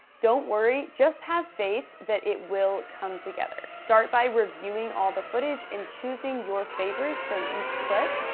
don't worry, just have faith that it will come together. start by reviewing all the footage and choosing your favorites from each clip.